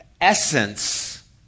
essence